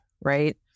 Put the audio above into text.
right